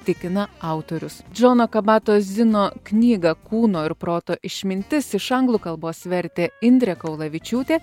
tikina autorius džono kabatozino knygą kūno ir proto išmintis iš anglų kalbos vertė indrė kaulavičiūtė